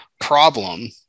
problem